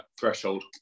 threshold